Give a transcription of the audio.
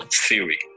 theory